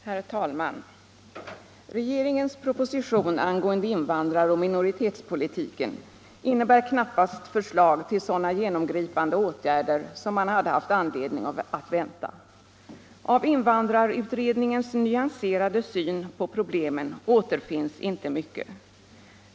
Herr talman! Regeringens proposition angående invandraroch minoritetspolitiken innebär knappast förslag till sådana genomgripande åtgärder som man hade haft anledning att vänta. Av invandrarutredningens nyanserade syn på problemen återfinns inte mycket.